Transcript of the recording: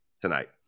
tonight